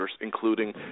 including